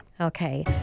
Okay